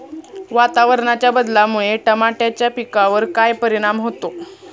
वातावरणाच्या बदलामुळे टमाट्याच्या पिकावर काय परिणाम होतो?